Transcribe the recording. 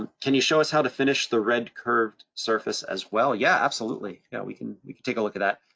um can you show us how to finish the red curved surface as well? yeah, absolutely. yeah, we can we can take a look at that.